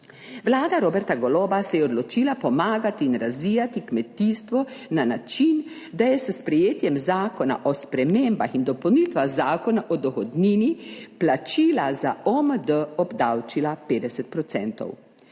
Vlada Roberta Goloba se je odločila pomagati in razvijati kmetijstvo na način, da je s sprejetjem zakona o spremembah in dopolnitvah zakona o dohodnini plačila za OMD obdavčila 50 %.